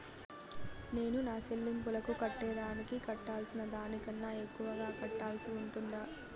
నేను నా సెల్లింపులకు కట్టేదానికి కట్టాల్సిన దానికన్నా ఎక్కువగా కట్టాల్సి ఉంటుందా?